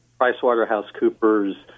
PricewaterhouseCoopers